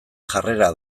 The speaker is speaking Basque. jarrera